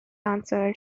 answered